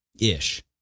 ish